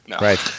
Right